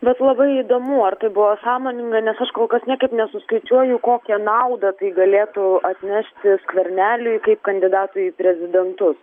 bet labai įdomu ar tai buvo sąmoninga nes aš kol kas niekaip nesuskaičiuoju kokią naudą tai galėtų atnešti skverneliui kaip kandidatui į prezidentus